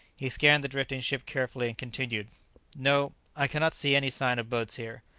he scanned the drifting ship carefully and continued no, i cannot see any sign of boats here,